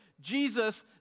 Jesus